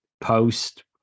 post